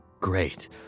Great